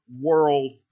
world